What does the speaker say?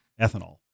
ethanol